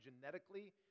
genetically